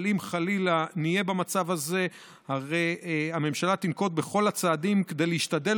אבל אם חלילה נהיה במצב הזה הרי הממשלה תנקוט את כל הצעדים כדי להשתדל